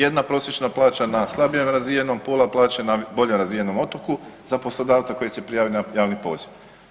Jedna prosječna plaća na slabije razvijenom, pola plaće na bolje razvijenom otoku za poslodavca koji se prijavi na javni poziv.